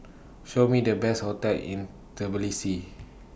Show Me The Best hotels in Tbilisi